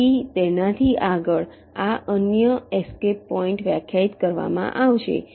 તેથી તેનાથી આગળ આ અન્ય એસ્કેપ પોઈન્ટ વ્યાખ્યાયિત કરવામાં આવશે